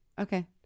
Okay